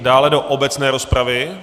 Dále do obecné rozpravy?